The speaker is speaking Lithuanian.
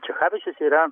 čechavičius yra